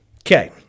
Okay